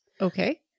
Okay